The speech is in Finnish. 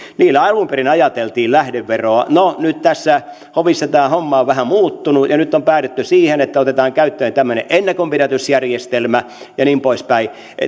eli alun perin ajateltiin lähdeveroa no nyt on hovissa tämä homma vähän muuttunut ja nyt on päädytty siihen että otetaan käyttöön tämmöinen ennakonpidätysjärjestelmä ja niin poispäin